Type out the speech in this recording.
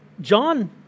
John